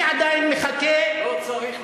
חבר הכנסת